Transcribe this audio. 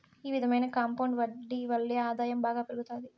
ఈ విధమైన కాంపౌండ్ వడ్డీ వల్లే ఆదాయం బాగా పెరుగుతాది